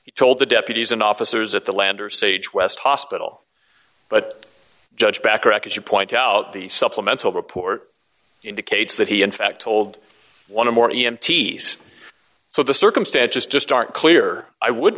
he told the deputies and officers at the landor sage west hospital judge bacharach as you point out the supplemental report indicates that he in fact told one of more teas so the circumstances just aren't clear i would